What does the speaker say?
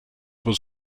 was